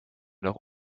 noch